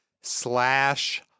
slash